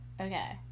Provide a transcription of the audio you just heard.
Okay